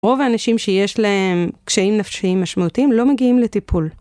רוב האנשים שיש להם קשיים נפשיים משמעותיים לא מגיעים לטיפול.